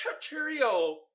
cheerio